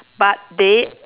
but they